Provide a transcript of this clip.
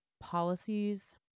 policies